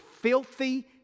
filthy